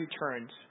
returns